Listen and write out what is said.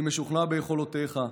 אני משוכנע ביכולותיך.